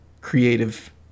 creative